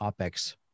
OpEx